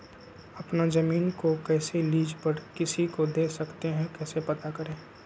अपना जमीन को कैसे लीज पर किसी को दे सकते है कैसे पता करें?